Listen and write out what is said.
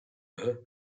her